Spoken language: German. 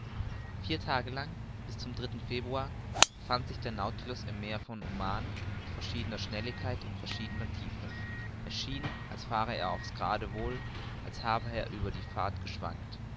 vier tage lang bis zum dritten februar befand sich der nautilus im meer von oman mit verschiedener schnelligkeit und in verschiedener tiefe es schien als fahre er auf's geradewohl als habe er über die fahrt geschwankt